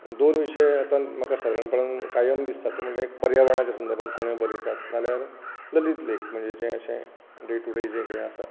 दोन विशय आतां म्हाका सादारणपणान कायम दिसतात ते म्हळ्यार पर्यावरणाच्या संदर्भांत कोणूय बरयतात नाजाल्यार ललीत लेख म्हळ्यार जे अशे डे टू डे जें कितें आसा